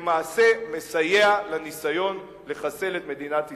למעשה מסייע לניסיון לחסל את מדינת ישראל.